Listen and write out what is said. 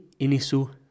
inisu